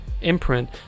imprint